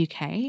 UK